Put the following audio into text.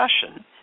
discussion